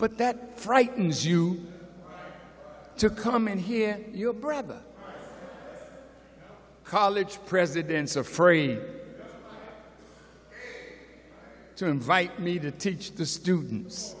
but that frightens you to come in here your brother college presidents are afraid to invite me to teach the students